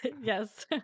yes